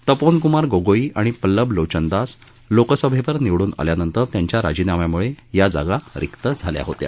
तपोन क्मार गोगोई आणि पल्लब लोचन दास लोकसभेवर निवडून आल्यानंतर त्यांच्या राजीनाम्यामुळेच या जागा रिक्त झाल्या होत्या